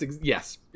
Yes